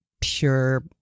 Pure